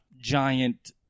giant